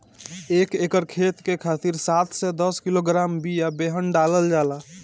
एक एकर खेत के खातिर सात से दस किलोग्राम बिया बेहन डालल जाला?